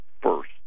first